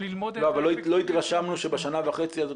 ללמוד את --- אבל לא התרשמנו שבשנה וחצי הזאת